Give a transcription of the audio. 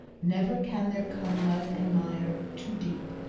never can there come mud and mire too deep,